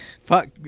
fuck